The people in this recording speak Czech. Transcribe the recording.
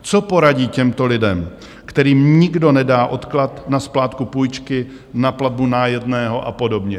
Co poradí těmto lidem, kterým nikdo nedá odklad na splátku půjčky, na platbu nájemného a podobně.